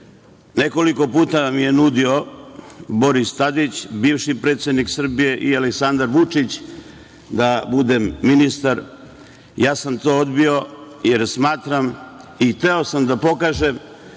Nekoliko puta nam je nudio Boris Tadić, bivši predsednik Srbije i Aleksandar Vučić, da budem ministar. Ja sam to odbio, jer smatram i hteo sam da pokažem